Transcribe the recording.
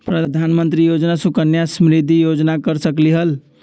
प्रधानमंत्री योजना सुकन्या समृद्धि योजना कर सकलीहल?